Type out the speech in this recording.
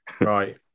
Right